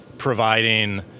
Providing